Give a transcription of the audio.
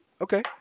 Okay